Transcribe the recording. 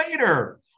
later